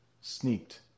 sneaked